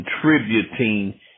contributing